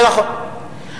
זה נכון.